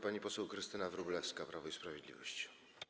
Pani poseł Krystyna Wróblewska, Prawo i Sprawiedliwość.